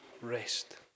rest